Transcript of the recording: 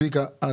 רק